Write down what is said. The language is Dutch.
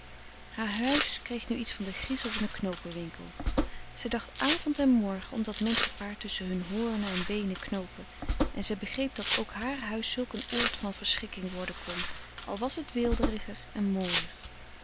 haar huis kreeg nu iets van den griezel van den knoopenwinkel zij dacht avond en morgen om dat menschenpaar tusschen hun hoornen en beenen knoopen en zij begreep dat ook haar huis zulk een oord van verschrikking worden kon al was het weelderiger en mooier